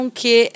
que